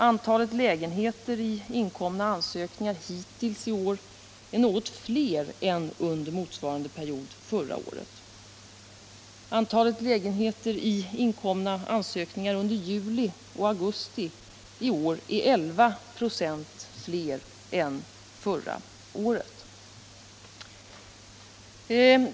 Antalet lägenheter i inkomna ansökningar hittills i år är något större än under motsvarande period förra året. Antalet lägenheter i inkomna ansökningar under juli och augusti i år är 11 96 högre än förra året.